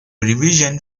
revision